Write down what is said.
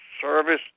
service